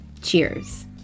cheers